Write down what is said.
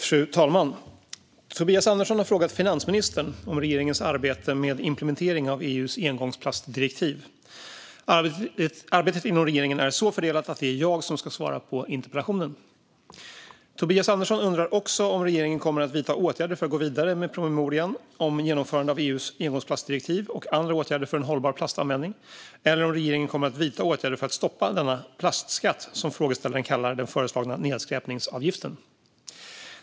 Fru talman! Tobias Andersson har frågat finansministern om regeringens arbete med implementering av EU:s engångsplastdirektiv. Arbetet inom regeringen är så fördelat att det är jag som ska svara på interpellationen. Tobias Andersson undrar om regeringen kommer att vidta åtgärder för att gå vidare med promemorian om genomförande av EU:s engångsplastdirektiv och andra åtgärder för en hållbar plastanvändning, eller om regeringen kommer att vidta åtgärder för att stoppa denna plastskatt, som frågeställaren kallar den föreslagna nedskräpningsavgiften.